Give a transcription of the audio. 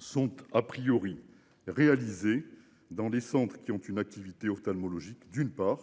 Sont a priori réalisées dans les centres qui ont une activité ophtalmologique, d'une part